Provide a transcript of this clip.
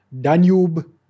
Danube